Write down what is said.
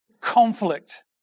conflict